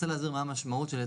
זאת ההתייחסות הזאת.